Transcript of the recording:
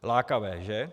Lákavé, že!